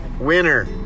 Winner